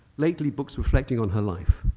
lately books reflecting on her life.